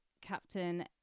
Captain